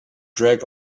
drag